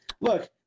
Look